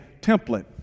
template